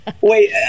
Wait